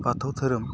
बाथौ धोरोम